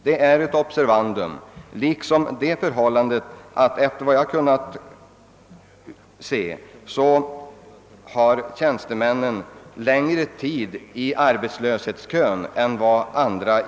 Det är ett observandum — liksom det förhållandet att arbetslösa tjänstemän, enligt vad jag har kunnat finna, måste stå i arbetslöshetskön längre tid än andra.